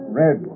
red